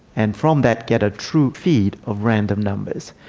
and from that get a true feed of random numbers.